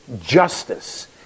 justice